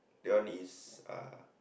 that one is uh